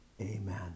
amen